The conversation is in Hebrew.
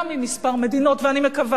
גם אם מספר מדינות, ואני מקווה,